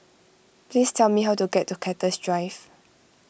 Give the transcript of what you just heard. please tell me how to get to Cactus Drive